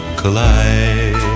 collide